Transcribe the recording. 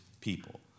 people